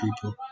people